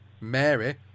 Mary